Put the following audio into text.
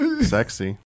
Sexy